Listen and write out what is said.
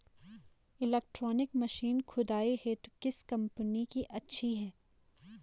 Electronic machine खुदाई हेतु किस कंपनी की अच्छी है?